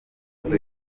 ifoto